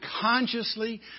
consciously